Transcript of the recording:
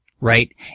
right